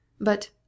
but—